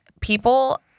people